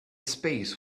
space